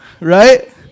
right